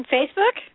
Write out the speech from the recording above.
Facebook